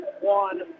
one